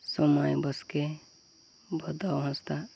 ᱥᱚᱢᱟᱭ ᱵᱟᱥᱠᱮ ᱵᱟᱫᱷᱟ ᱦᱟᱸᱥᱫᱟ